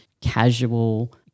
casual